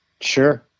sure